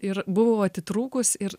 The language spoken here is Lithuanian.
ir buvau atitrūkus ir